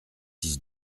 six